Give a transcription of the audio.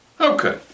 Okay